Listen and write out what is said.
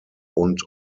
und